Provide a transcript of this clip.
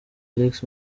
alex